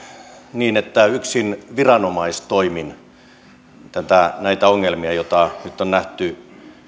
niin että yksin viranomaistoimin näitä ongelmia joita nyt on nähty